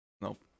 Nope